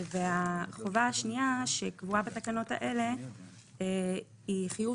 החובה השנייה שקבועה בתקנות האלה היא חיוב